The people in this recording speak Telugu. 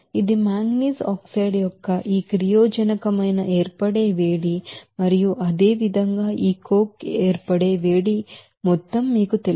ఇది మాంగనీస్ ఆక్సైడ్ యొక్క ఈ రియాక్టన్స్ మైన ఏర్పడే వేడి మరియు అదేవిధంగా ఈ కోక్ ఏర్పడే వేడి ఈ మొత్తం మీకు తెలుసు